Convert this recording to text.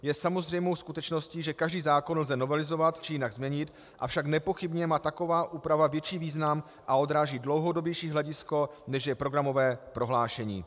Je samozřejmou skutečností, že každý zákon lze novelizovat či jinak změnit, avšak nepochybně má taková úprava větší význam a odráží dlouhodobější hledisko, než je programové prohlášení.